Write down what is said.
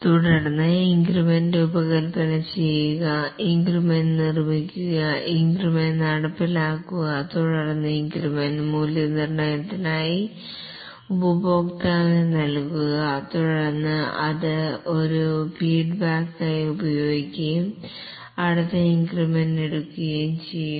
തുടർന്ന് ഇൻക്രിമെന്റ് രൂപകൽപ്പന ചെയ്യുക ഇൻക്രിമെന്റ് നിർമ്മിക്കുക ഇൻക്രിമെന്റ് നടപ്പിലാക്കുക തുടർന്ന് ഇൻക്രിമെന്റ് മൂല്യനിർണ്ണയത്തിനായി ഉപഭോക്താവിന് നൽകുക തുടർന്ന് അത് ഒരു ഫീഡ്ബാക്കായി ഉപയോഗിക്കുകയും അടുത്ത ഇൻക്രിമെന്റ് എടുക്കുകയും ചെയ്യുക